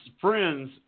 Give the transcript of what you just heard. friends